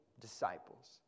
disciples